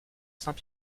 saint